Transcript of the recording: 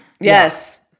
Yes